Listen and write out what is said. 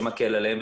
שמקל עליהם,